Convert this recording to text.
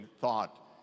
thought